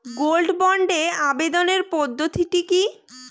Gold বন্ডে আবেদনের পদ্ধতিটি কি?